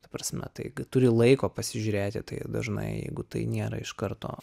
ta prasme tai kai turi laiko pasižiūrėti tai dažnai jeigu tai nėra iš karto